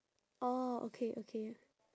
orh okay okay